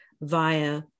via